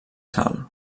sal